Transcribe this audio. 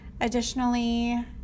Additionally